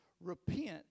repent